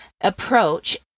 approach